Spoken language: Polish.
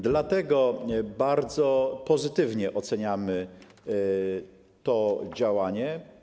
Dlatego bardzo pozytywnie oceniamy to działanie.